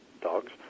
dogs